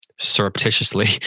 surreptitiously